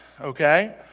okay